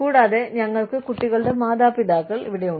കൂടാതെ ഞങ്ങൾക്ക് കുട്ടികളുടെ മാതാപിതാക്കളുണ്ട്